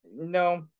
No